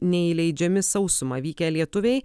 neįleidžiami sausuma vykę lietuviai